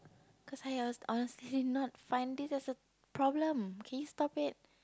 cause I was honestly not find this as a problem can you stop it